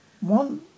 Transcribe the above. one